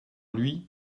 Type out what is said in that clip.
lui